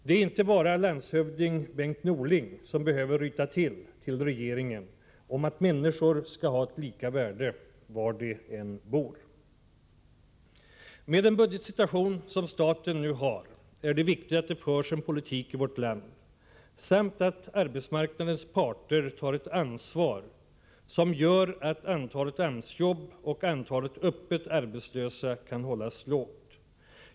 Det är inte bara landshövding Bengt Norling som behöver ryta till — till regeringen — om att människor skall ha lika värde, var de än bor. Med statens nuvarande budgetsituation är det viktigt att det förs en politik i vårt land — samt att arbetsmarknadens parter tar ett ansvar — som gör att antalet AMS-jobb och antalet öppet arbetslösa kan hållas på en låg nivå.